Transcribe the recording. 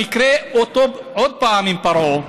המקרה, עוד פעם עם פרעה,